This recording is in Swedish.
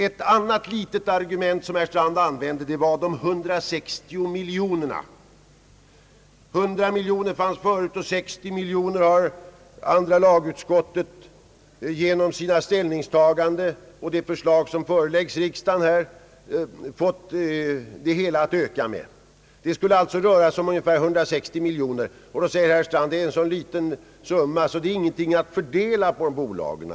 Ett annat litet argument som herr Strand använde var de 160 miljonerna — 100 miljoner fanns förut och 60 miljoner har andra lagutskottet genom sina ställningstaganden och genom det förslag som föreläggs riksdagen fått det hela att öka med. Till det säger herr Strand, att det är en liten summa, att det är ingenting att fördela på bolagen.